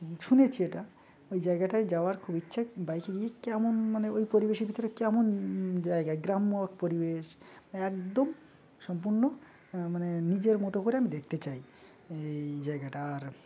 শুনেছি এটা ওই জায়গাটায় যাওয়ার খুব ইচ্ছে বাইকে গিয়ে কেমন মানে ওই পরিবেশের ভিতরে কেমন জায়গায় গ্রাম্য পরিবেশ একদম সম্পূর্ণ মানে নিজের মতো করে আমি দেখতে চাই এই জায়গাটা আর